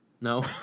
No